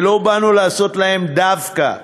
ולא באנו לעשות להם דווקא,